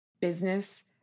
business